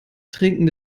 trinken